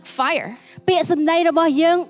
fire